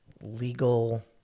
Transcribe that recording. legal